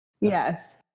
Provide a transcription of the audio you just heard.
Yes